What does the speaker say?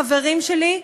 חברים שלי,